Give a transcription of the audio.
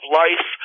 life